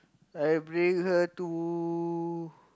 I bring her to